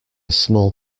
small